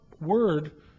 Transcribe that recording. word